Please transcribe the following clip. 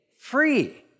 free